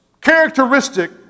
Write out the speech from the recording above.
characteristic